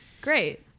Great